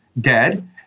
dead